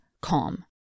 calm